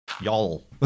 y'all